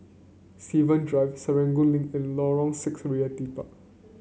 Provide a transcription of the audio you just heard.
Seven Drive Serangoon Link and Lorong Six Realty Park